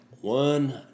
one